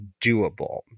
doable